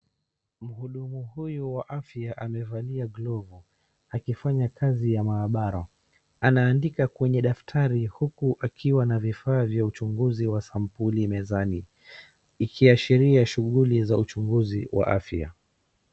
Mhudumu huyu wa afya amevalia glovu , akifanya kazi ya maabara, anaandika kwenye daftari, huku akiwa na vifaa vya uchunguzi wa sampuli mezani, ikiashiria shughuli za uchunguzi wa afya